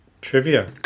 trivia